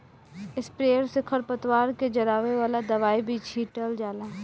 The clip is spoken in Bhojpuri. स्प्रेयर से खर पतवार के जरावे वाला दवाई भी छीटल जाला